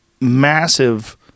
massive